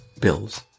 Bills